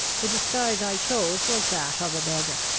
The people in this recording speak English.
the disguise i chose was that of a beggar.